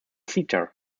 sita